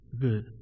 good